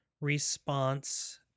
response